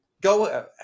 Go